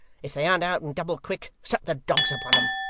if they an't out in double-quick, set the dogs upon em!